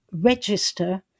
register